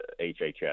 HHS